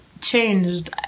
changed